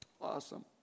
Awesome